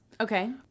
Okay